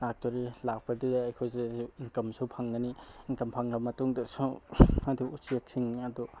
ꯄꯥꯠꯇꯨꯗ ꯂꯥꯛꯄꯗꯨꯗ ꯑꯩꯈꯣꯏꯗꯁꯨ ꯏꯟꯀꯝꯁꯨ ꯐꯪꯒꯅꯤ ꯏꯟꯀꯝ ꯐꯪꯂꯕ ꯃꯇꯨꯡꯗꯁꯨ ꯑꯗꯨ ꯎꯆꯦꯛꯁꯤꯡ ꯑꯗꯨ